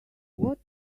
what